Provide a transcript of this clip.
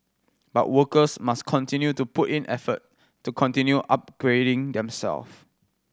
but workers must continue to put in effort to continue upgrading themself